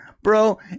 Bro